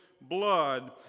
blood